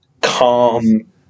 calm